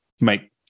make